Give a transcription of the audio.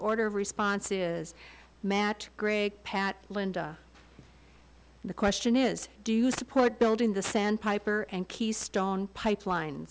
order of response to matt gregg pat and the question is do you support building the sandpiper and keystone pipeline